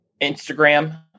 Instagram